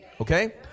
Okay